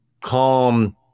calm